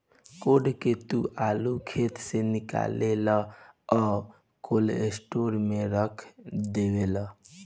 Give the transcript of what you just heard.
code के तू आलू खेत से निकालेलऽ आ कोल्ड स्टोर में रख डेवेलऽ